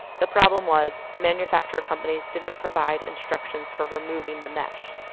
the problem was, manufacturer companies didn't provide instructions for removing the mesh.